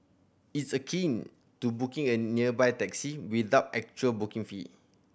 it's akin to booking a nearby taxi without actual booking fee